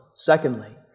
Secondly